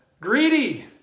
greedy